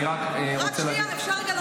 אני רק רוצה להגיד --- רק שנייה, אפשר רגע לומר?